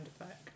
effect